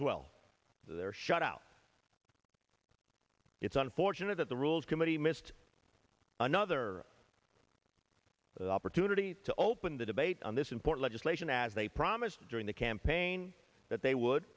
as well they're shut out it's unfortunate that the rules committee missed another opportunity to open the debate on this import legislation as they promised during the campaign that they would